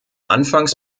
anfangs